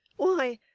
why,